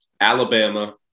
Alabama